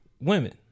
women